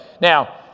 Now